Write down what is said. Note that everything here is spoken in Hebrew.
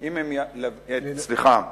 סליחה.